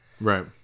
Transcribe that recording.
Right